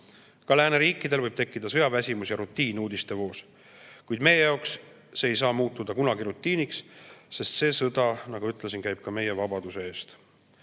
Ka lääneriikidel võib tekkida sõjaväsimus ja rutiin uudistevoos. Kuid meie jaoks ei saa see kunagi muutuda rutiiniks, sest see sõda, nagu ütlesin, käib ka meie vabaduse